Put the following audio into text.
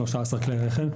13 כלי רכב.